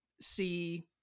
see